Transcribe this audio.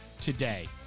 today